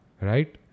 right